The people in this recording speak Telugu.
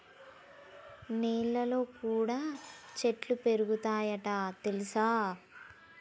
నెలల్లో కూడా చెట్లు పెరుగుతయ్ అంట తెల్సా